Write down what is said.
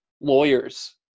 lawyers